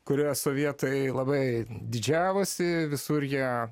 kuriuo sovietai labai didžiavosi visur ją